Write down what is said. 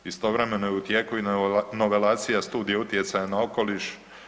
Istovremeno je i u tijeku i novelacija studija utjecaja na okoliš.